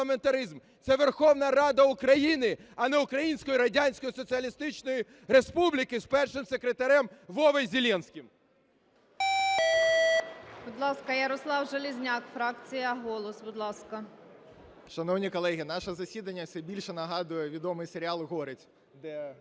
це Верховна Рада України, а не Української Радянської Соціалістичної Республіки з першим секретарем Вовою Зеленським. ГОЛОВУЮЧА. Будь ласка, Ярослав Железняк, фракція "Голос". Будь ласка. 12:42:22 ЖЕЛЕЗНЯК Я.І. Шановні колеги, наше засідання все більше нагадує відомий серіал "Горець", де